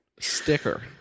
sticker